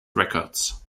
records